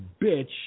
bitch